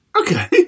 Okay